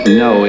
no